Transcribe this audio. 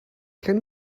can